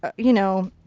ah you know.